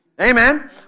Amen